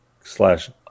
slash